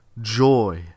joy